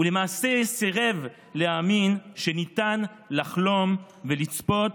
ולמעשה סירב להאמין שניתן לחלום ולצפות